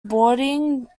boarding